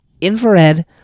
infrared